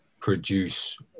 produce